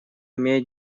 имеет